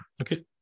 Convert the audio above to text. okay